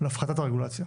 להפחתת הרגולציה.